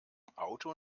auto